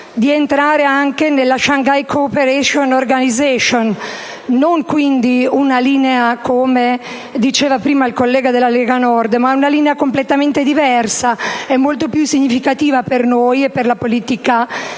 di entrare anche nella *Shanghai* *Cooperation Organization*. Quindi, non una linea come quella prima detta dal collega della Lega Nord, ma una linea completamente diversa e molto più significativa per noi e per la politica estera